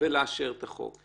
מהותי